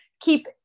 keep